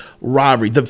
robbery